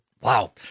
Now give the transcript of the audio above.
Wow